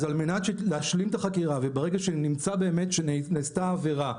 אז על מנת להשלים את החקירה וברגע שנמצא באמת שנעשתה עבירה,